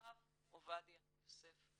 הרב עובדיה יוסף.